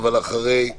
בבקשה, אוסאמה.